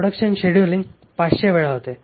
production scheduling 500 वेळा होते